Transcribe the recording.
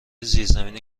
زیرزمینی